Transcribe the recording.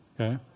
Okay